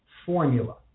formula